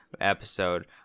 episode